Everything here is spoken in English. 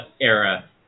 era